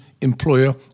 employer